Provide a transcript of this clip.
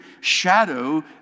shadow